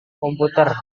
komputer